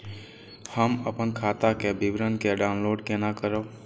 हम अपन खाता के विवरण के डाउनलोड केना करब?